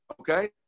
Okay